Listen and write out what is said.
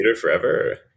forever